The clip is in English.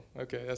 okay